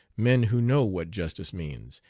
men who know what justice means,